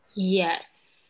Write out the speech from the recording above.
Yes